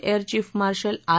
air chief marshal R